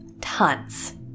tons